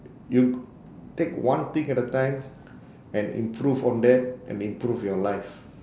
you take one peak at a time and improve on that and improve your life